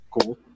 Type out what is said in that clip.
cool